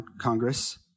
Congress